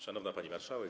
Szanowna Pani Marszałek!